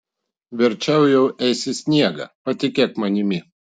verčiau jau ėsi sniegą patikėk manimi